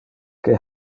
que